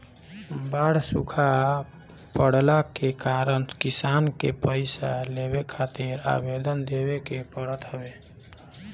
बाढ़ सुखा पड़ला के बाद किसान के पईसा लेवे खातिर आवेदन देवे के पड़त हवे